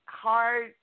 hard